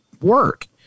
work